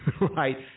Right